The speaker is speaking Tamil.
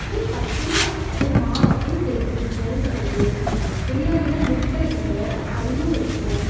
அப்படியே பச்சையாக அப்படியே மாவு அப்படியே தெரியுது ஸ்மெல் வருது பிரியாணியில் முட்டை இல்லை கறியும் வைக்கலை